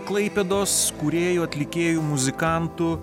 klaipėdos kūrėjų atlikėjų muzikantų